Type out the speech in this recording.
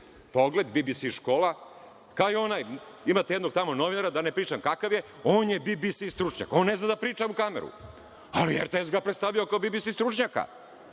pogled, BBS škola. Imate jednog tamo novinara, da ne pričam kakav je, on je BBS stručnjak. On ne zna da priča u kameru, ali RTS ga predstavio kao BBS stručnjaka. Mi